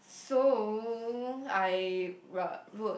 so I wrote wrote